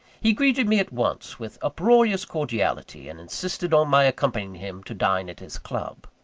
he greeted me at once, with uproarious cordiality and insisted on my accompanying him to dine at his club.